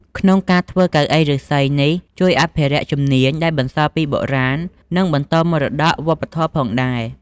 ក្នុងការធ្វើកៅអីពីឫស្សីនេះ ជួយអភិរក្សជំនាញដែលបន្សល់ពីបុរាណ និងបន្តមរតកវប្បធម៌ផងដែរ។